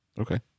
Okay